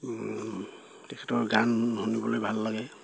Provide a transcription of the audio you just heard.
তেখেতৰ গান শুনিবলৈ ভাল লাগে